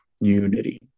unity